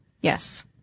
Yes